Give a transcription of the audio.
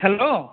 hello